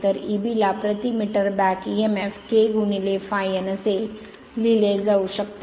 तर Eb ला प्रति motor back emf k ∅ N असे लिहिले जाऊ शकते